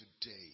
today